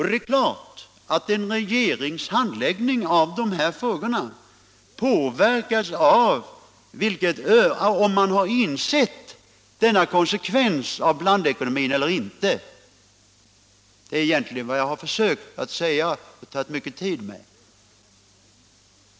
Det är klart att en regerings handläggning av dessa frågor påverkas av om man insett denna konsekvens av blandekonomin eller inte. Det är egentligen vad jag har försökt säga och tagit upp mycket av kammarens tid med.